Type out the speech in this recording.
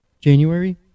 January